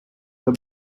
the